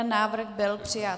Návrh byl přijat.